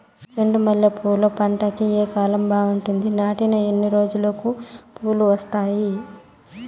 చెండు మల్లె పూలు పంట కి ఏ కాలం బాగుంటుంది నాటిన ఎన్ని రోజులకు పూలు వస్తాయి